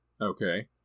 Okay